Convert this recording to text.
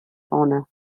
honour